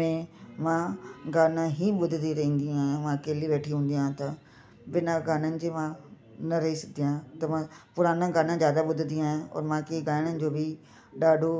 में मां गाना ई ॿुधंदी रहंदी आहियां मां अकेली वेठी हूंदी आहियां त बिना गाननि जे मां न रही सघंदी आहियां त मां पुराणा गाना जादा ॿुधंदी आहियां और मूंखे गाइण जो बि ॾाढो